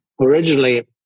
originally